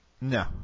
No